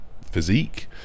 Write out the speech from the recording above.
physique